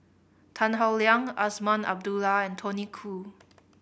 Tan Howe Liang Azman Abdullah and Tony Khoo